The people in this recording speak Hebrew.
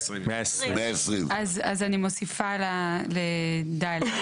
אז אני מוסיפה ל-ד.